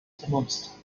benutzt